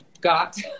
got